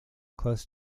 close